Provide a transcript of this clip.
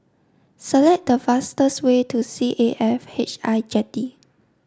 select the fastest way to C A F H I Jetty